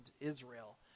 Israel